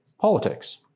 politics